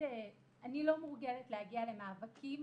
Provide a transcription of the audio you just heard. אני לא מורגלת להגיע למאבקים